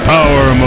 Power